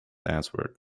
answered